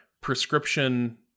prescription